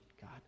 God